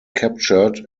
captured